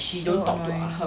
so annoying